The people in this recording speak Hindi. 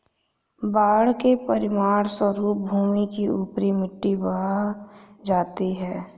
बाढ़ के परिणामस्वरूप भूमि की ऊपरी मिट्टी बह जाती है